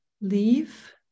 leave